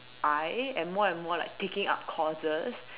I am more and more like picking up causes